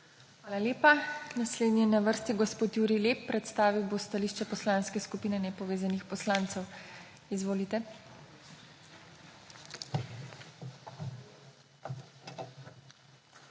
Hvala lepa. Naslednji je na vrsti gospod Jurij Lep. Predstavil bo stališče Poslanske skupine nepovezanih poslancev. Izvolite.